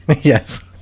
Yes